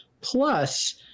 Plus